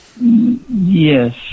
Yes